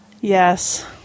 yes